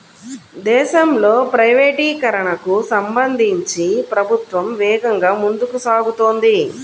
దేశంలో ప్రైవేటీకరణకు సంబంధించి ప్రభుత్వం వేగంగా ముందుకు సాగుతోంది